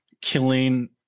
killing